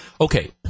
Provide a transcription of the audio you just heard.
Okay